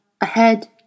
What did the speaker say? ahead